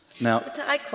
Now